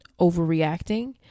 overreacting